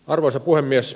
arvoisa puhemies